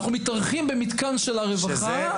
אנחנו מתארחים במתקן של הרווחה,